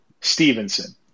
Stevenson